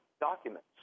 documents